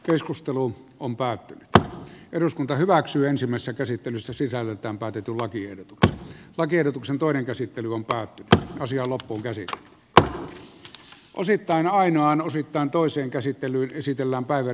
keskustelu on päättynyt että eduskunta hyväksyy ensimmäisessä käsittelyssä sisällöltään katetulla kiire tuki lakiehdotuksen toinen nämä rahastot eib ja asia loppuunkäsite taa osittain ainoan osittain toiseen käsittelyyn esitellään ebrd